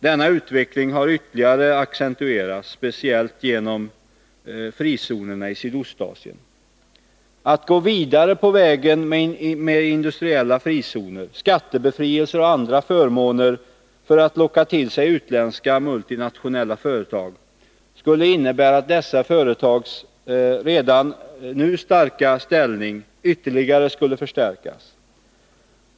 Denna utveckling har ytterligare accentuerats genom frizonerna i Sydostasien. Att gå vidare på vägen med industriella frizoner, skattebefrielser och andra förmåner för att locka till sig utländska multinationella företag skulle innebära att dessa företags redan nu starka ställning ytterligare förstärktes.